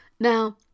Now